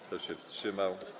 Kto się wstrzymał?